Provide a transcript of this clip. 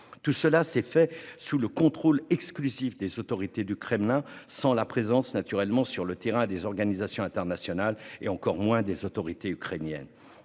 Tout cela s'est fait sous le contrôle exclusif des autorités du Kremlin, sans la présence sur le terrain des organisations internationales et encore moins des autorités ukrainiennes.